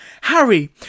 Harry